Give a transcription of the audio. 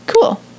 cool